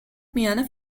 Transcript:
میان